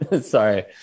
Sorry